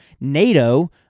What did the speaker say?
NATO